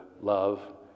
Love